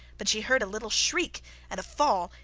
but she heard a little shriek and a fall,